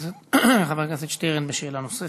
חבר הכנסת שטרן בשאלה נוספת.